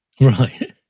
Right